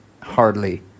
hardly